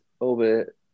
over